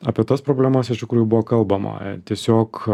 apie tas problemas iš tikrųjų buvo kalbama tiesiog